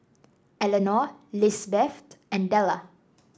Elenor Lizbeth and Della